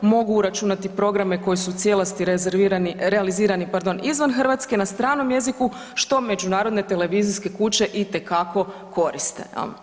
Mogu računati programe koji su u cijelosti realizirani izvan Hrvatske na stranom jeziku što međunarodne televizijske kuće itekako koriste.